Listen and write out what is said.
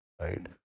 right